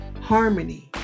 harmony